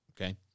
Okay